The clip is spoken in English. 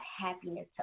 happiness